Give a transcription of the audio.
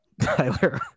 Tyler